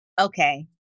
Okay